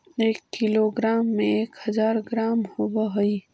एक किलोग्राम में एक हज़ार ग्राम होव हई